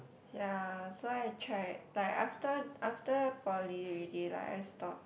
ya so I tried but after after poly already lah I stop